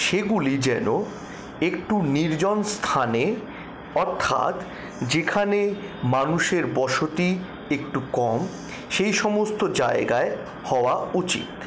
সেগুলি যেন একটু নির্জন স্থানে অর্থাৎ যেখানে মানুষের বসতি একটু কম সেই সমস্ত জায়গায় হওয়া উচিৎ